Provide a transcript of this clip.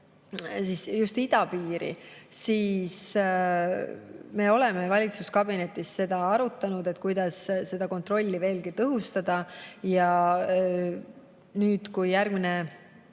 just idapiiri, siis me oleme valitsuskabinetis arutanud, kuidas seda kontrolli veelgi tõhustada. Kui järgmine